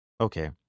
Okay